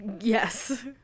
Yes